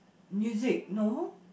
music no